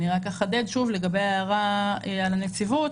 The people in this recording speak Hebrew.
אני רק אחדד שוב לגבי ההערה על הנציבות.